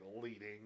leading